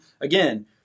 again